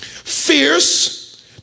fierce